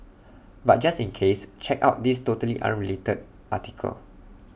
but just in case check out this totally unrelated article